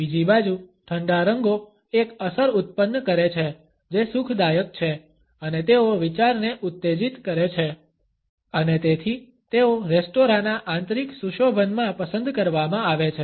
બીજી બાજુ ઠંડા રંગો એક અસર ઉત્પન્ન કરે છે જે સુખદાયક છે અને તેઓ વિચારને ઉત્તેજિત કરે છે અને તેથી તેઓ રેસ્ટોરાના આંતરિક સુશોભનમાં પસંદ કરવામાં આવે છે